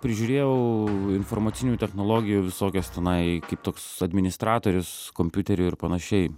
prižiūrėjau informacinių technologijų visokias tenai kaip toks administratorius kompiuterių ir panašiai